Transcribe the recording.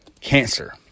cancer